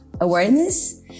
awareness